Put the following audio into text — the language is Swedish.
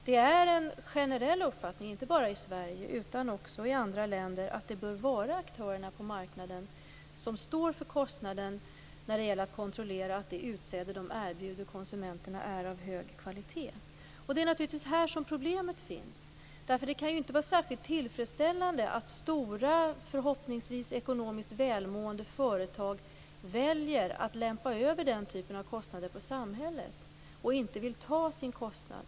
Det är en generell uppfattning, inte bara i Sverige utan också i andra länder, att aktörerna på marknaden bör stå för kostnaden för att kontrollera att det utsäde de erbjuder konsumenterna är av hög kvalitet. Det är här problemet ligger. Det kan inte vara särskilt tillfredsställande att stora, förhoppningsvis ekonomiskt välmående företag väljer att lämpa över den typen av kostnader på samhället och inte vill ta sina kostnader.